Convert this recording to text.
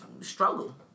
struggle